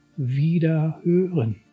wiederhören